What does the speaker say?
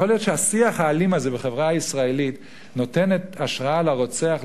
יכול להיות שהשיח האלים הזה בחברה הישראלית נותן השראה לרוצח,